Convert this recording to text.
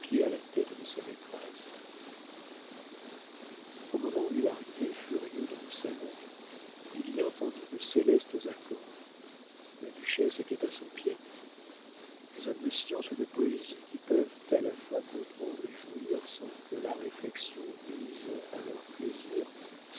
à la tête de sa maîtresse au moment où il arrivait furieux dans le salon il y entendit de célestes accords la duchesse était à son piano les hommes de science ou de poésie qui peuvent à la fois comprendre et jouir sans que la réflexion nuise à leurs plaisirs